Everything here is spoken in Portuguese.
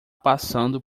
passando